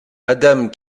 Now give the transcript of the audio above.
adam